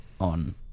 on